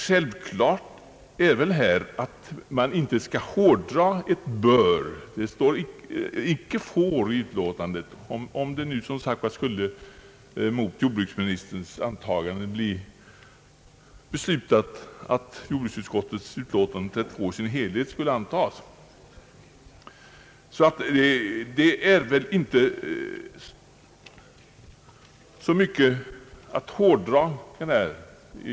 Självklart är att man inte skall hårdra ordet »bör», om nu mot jordbruksministerns antagande jordbruksutskottets utlåtande i dess helhet skulle godkännas.